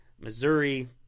Missouri